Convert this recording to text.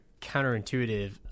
counterintuitive